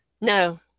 No